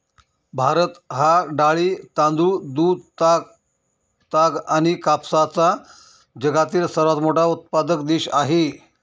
भारत हा डाळी, तांदूळ, दूध, ताग आणि कापसाचा जगातील सर्वात मोठा उत्पादक देश आहे